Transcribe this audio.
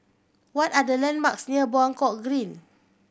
what are the landmarks near Buangkok Green